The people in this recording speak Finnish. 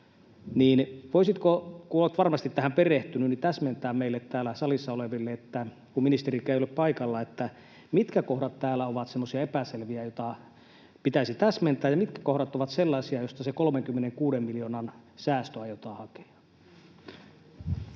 voisitko — kun olet varmasti tähän perehtynyt ja ministerikään ei ole paikalla — täsmentää meille täällä salissa oleville, mitkä kohdat täällä ovat semmoisia epäselviä, joita pitäisi täsmentää, ja mitkä kohdat ovat sellaisia, joista se 36 miljoonan säästö aiotaan hakea.